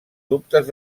dubtes